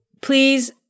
please